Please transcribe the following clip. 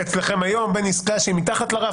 -- אצלכם היום בין עסקה שהיא מתחת לרף